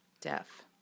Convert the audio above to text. Deaf